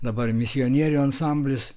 dabar misionierių ansamblis